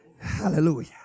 Hallelujah